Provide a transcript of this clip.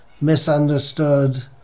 misunderstood